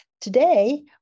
Today